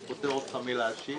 אני פוטר אותך מלהשיב,